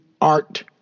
art